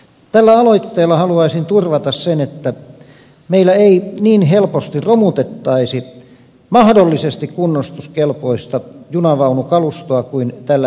tällä aloitteella haluaisin turvata sen että meillä ei niin helposti romutettaisi mahdollisesti kunnostuskelpoista junavaunukalustoa kuin tällä hetkellä tehdään